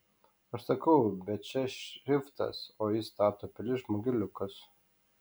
aš sakau bet čia šriftas o jis stato pilis žmogeliukus